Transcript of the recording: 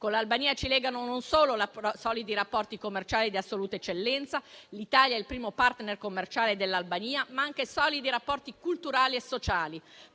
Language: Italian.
Con l'Albania ci legano non solo solidi rapporti commerciali di assoluta eccellenza (l'Italia è il primo *partner* commerciale dell'Albania), ma anche solidi rapporti culturali e sociali.